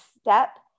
step